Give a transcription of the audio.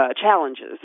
challenges